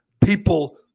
people